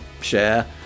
share